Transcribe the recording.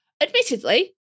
admittedly